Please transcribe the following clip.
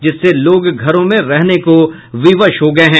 जिससे लोग घरों में रहने को विवश हो गये हैं